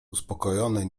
uspokojony